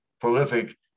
prolific